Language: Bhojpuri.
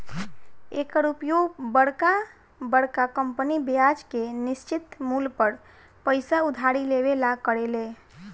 एकर उपयोग बरका बरका कंपनी ब्याज के निश्चित मूल पर पइसा उधारी लेवे ला करेले